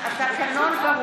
אז למה, (קוראת בשמות חברי הכנסת) התקנון ברור.